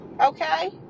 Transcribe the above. Okay